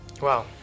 Wow